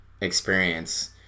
experience